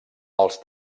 els